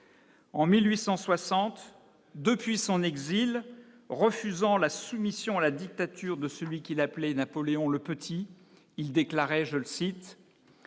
en 1860 depuis son exil refusant la soumission à la dictature de celui qu'il appelait Napoléon le Petit, il déclarait : je le cite